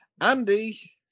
Andy